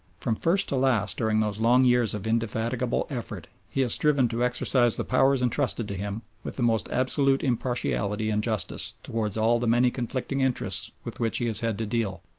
from first to last during those long years of indefatigable effort he has striven to exercise the powers entrusted to him with the most absolute impartiality and justice towards all the many conflicting interests with which he has had to deal,